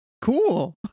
cool